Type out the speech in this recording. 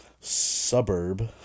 suburb